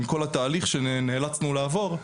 עם כל התהליך שנאלצנו לעבור,